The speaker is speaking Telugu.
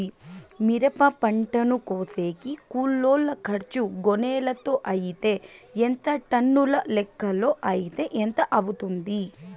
మిరప పంటను కోసేకి కూలోల్ల ఖర్చు గోనెలతో అయితే ఎంత టన్నుల లెక్కలో అయితే ఎంత అవుతుంది?